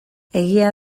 egia